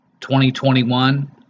2021